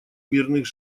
мирных